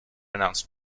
announced